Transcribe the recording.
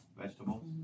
vegetables